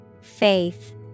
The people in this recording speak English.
Faith